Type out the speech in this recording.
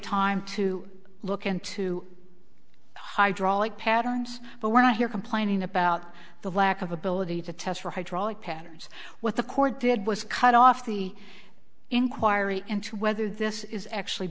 time to look into hydraulic patterns but when i hear complaining about the lack of ability to test for hydraulic patterns what the court did was cut off the inquiry into whether this is actually